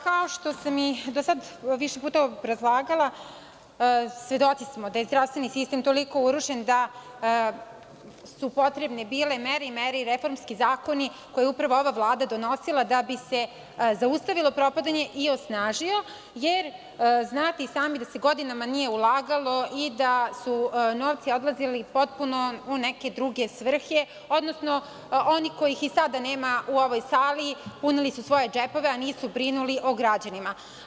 Kao što sam i do sada više puta obrazlagala, svedoci smo da je zdravstveni sistem toliko urušen da su bile potrebne mere i mere, i reformski zakoni koje je upravo ova Vlada donosila, da bi se zaustavilo propadanje i osnažio, jer znate i sami da se godinama nije ulagalo i da su novci potpuno odlazili u neke druge svrhe, odnosno oni kojih i sada nema u ovoj sali, punili su svoje džepove, a nisu brinuli o građanima.